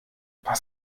was